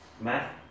Math